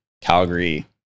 Calgary